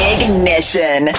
Ignition